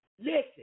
Listen